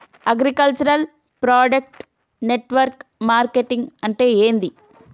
Agriculture product network marketing అంటే ఏంది?